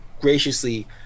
graciously